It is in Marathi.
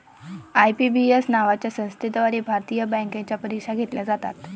आय.बी.पी.एस नावाच्या संस्थेद्वारे भारतात बँकांच्या परीक्षा घेतल्या जातात